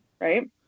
right